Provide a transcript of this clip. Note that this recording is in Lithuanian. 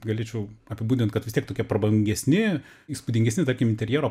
galėčiau apibūdint kad vis tiek tokie prabangesni įspūdingesni tarkim interjero